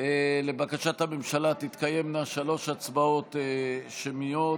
לבקשת הממשלה תתקיימנה שלוש הצבעות שמיות,